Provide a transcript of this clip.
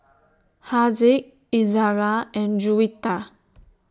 Haziq Izzara and Juwita